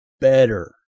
Better